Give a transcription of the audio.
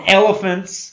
elephants